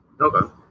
Okay